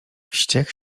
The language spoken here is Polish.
wściekł